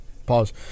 pause